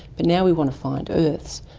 but now we want to find earths.